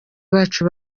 bacu